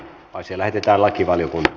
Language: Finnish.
asia lähetettiin lakivaliokuntaan